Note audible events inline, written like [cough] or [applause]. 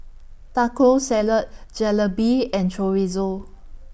Taco Salad [noise] Jalebi and Chorizo